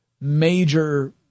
major